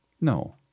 No